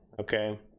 okay